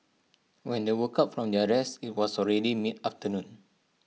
when they woke up from their rest IT was already mid afternoon